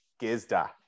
Gizda